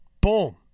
Boom